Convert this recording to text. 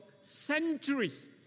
centuries